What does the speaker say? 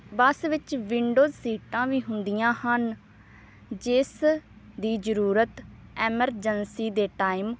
ਬੱਸ ਵਿੱਚ ਵਿੰਡੋ ਸੀਟਾਂ ਵੀ ਹੁੰਦੀਆਂ ਹਨ ਜਿਸਦੀ ਜ਼ਰੂਰਤ ਐਮਰਜੈਂਸੀ ਦੇ ਟਾਈਮ